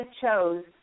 chose